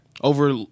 over